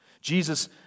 Jesus